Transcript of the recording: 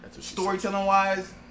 storytelling-wise